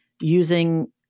using